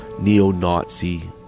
neo-Nazi